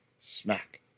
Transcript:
smack